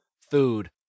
food